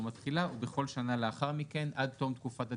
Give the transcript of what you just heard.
התחילה או בכל שנה לאחר מכן עד תום תקופת הדיווח,